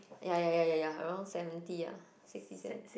ya ya ya ya around seventy ah sixty seventy